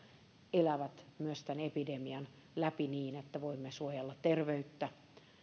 elää myös tämän epidemian läpi niin että voimme suojella terveyttä